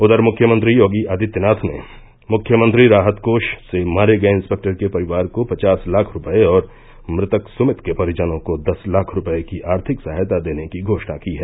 उधर मुख्यमंत्री योगी आदित्यनाथ ने मुख्यमंत्री राहत कोष से मारे गए इंस्पेक्टर के परिवार को पचास लाख रूपए और मृतक सुमित के परिजनों को दस लाख रुपये की आर्थिक सहायता देने की घोषणा की है